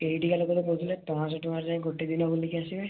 ଏଇଠିକା ଲୋକ ତ କହୁଥିଲେ ପାଞ୍ଚ ଶହ ଟଙ୍କାରେ ଯାଇ ଗୋଟେ ଦିନ ବୁଲିକି ଆସିବେ